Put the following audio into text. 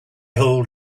hold